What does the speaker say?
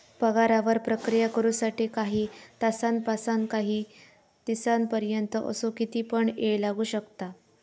पगारावर प्रक्रिया करु साठी काही तासांपासानकाही दिसांपर्यंत असो किती पण येळ लागू शकता